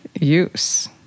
use